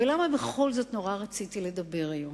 ולמה בכל זאת נורא רציתי לדבר היום